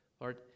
Lord